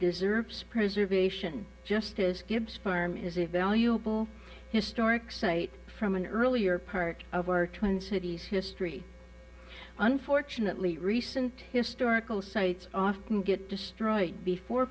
deserves preservation just as gibbs farm is a valuable historic site from an earlier part of our twin cities history unfortunately recent historical sites often get destroyed before